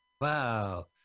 Wow